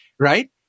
Right